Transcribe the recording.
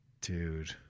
Dude